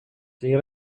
die